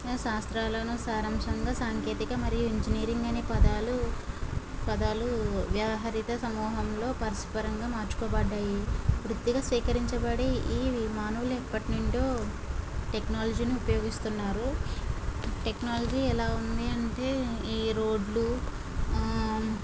శాస్త్రాలను సారాంశంగా సాంకేతిక మరియు ఇంజనీరింగ్ అనే పదాలు పదాలు వ్యవహారిత సమోహంలో పరస్పరంగా మార్చుకోబడ్డాయి వృత్తిగా స్వీకరించబడి ఈ విమానులు ఎప్పటి నుండో టెక్నాలజీ ని ఉపయోగిస్తున్నారు టెక్నాలజీ ఎలా ఉంది అంటే ఈ రోడ్లు ఆ